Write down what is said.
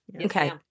okay